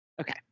okay